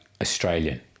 australian